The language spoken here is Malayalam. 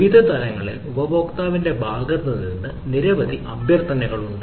വിവിധ തലങ്ങളിൽ ഉപഭോക്താവിന്റെ ഭാഗത്ത് നിന്ന് നിരവധി അഭ്യർത്ഥനകൾ ഉണ്ട്